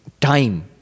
time